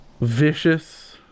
vicious